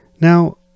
Now